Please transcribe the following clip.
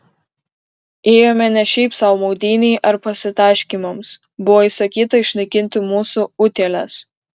ėjome ne šiaip sau maudynei ar pasitaškymams buvo įsakyta išnaikinti mūsų utėles